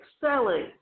selling